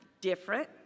different